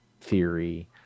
theory